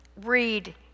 read